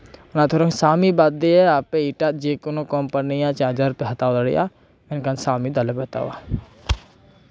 ᱟᱨ ᱛᱷᱚᱲᱟ ᱥᱟᱶᱢᱤ ᱵᱟᱫ ᱫᱤᱭᱮ ᱟᱯᱮ ᱮᱴᱟᱜ ᱡᱮ ᱠᱳᱱᱳ ᱠᱳᱢᱯᱟᱱᱤᱭᱟᱜ ᱪᱟᱨᱡᱟᱨ ᱯᱮ ᱦᱟᱛᱟᱣ ᱫᱟᱲᱮᱭᱟᱜᱼᱟ ᱢᱮᱱᱠᱷᱟᱱ ᱥᱟᱶᱢᱤ ᱫᱚ ᱟᱞᱚᱯᱮ ᱦᱟᱛᱟᱣᱟ